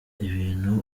ibintu